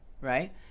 right